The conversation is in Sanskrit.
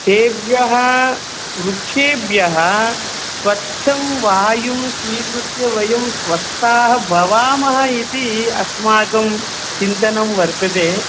तेभ्यः वृक्षेभ्यः स्वच्छं वायुं स्वीकृत्य वयं स्वस्थाः भवामः इति अस्माकं चिन्तनं वर्तते